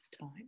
time